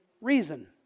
reason